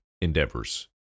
endeavors